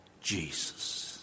Jesus